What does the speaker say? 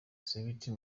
sabiti